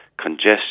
congestion